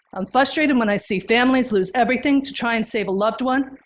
i'm frustrated when i see families lose everything to try and save a loved one,